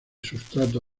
sustrato